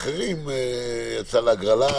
הקניון יודיע באמצעות מערכת הכריזה,